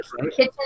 kitchen